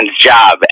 job